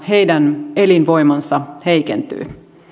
heidän elinvoimansa heikentyy